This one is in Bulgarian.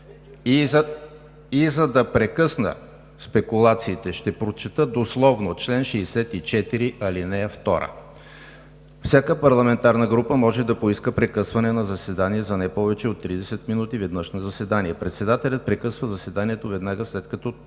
За да прекъсна спекулациите, ще прочета дословно чл. 64, ал. 2: „Всяка парламентарна група може да поиска прекъсване на заседание за не повече от 30 минути веднъж на заседание. Председателят прекъсва заседанието веднага, след като